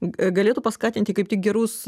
galėtų paskatinti kaip tik gerus